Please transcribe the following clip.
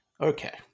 Okay